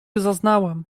zaznałam